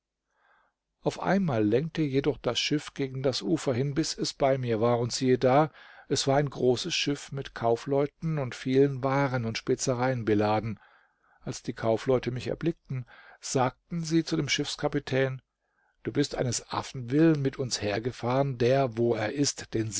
auf einmal lenkte jedoch das schiff gegen das ufer hin bis es bei mir war und siehe da es war ein großes schiff mit kaufleuten und vielen waren und spezereien beladen als die kaufleute mich erblickten sagten sie zu dem schiffskapitän du bist eines affen willen mit uns hergefahren der wo er ist den